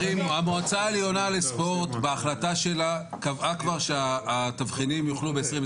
המועצה העליונה לספורט בהחלטתה קבעה כבר שהתבחינים יוחלו ב-2021.